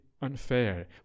unfair